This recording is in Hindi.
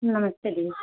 नमस्ते जी